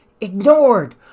ignored